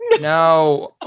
No